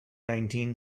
nineteen